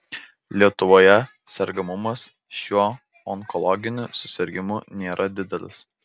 lietuvoje sergamumas šiuo onkologiniu susirgimu nėra didelis